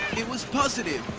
it was positive,